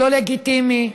לא לגיטימי,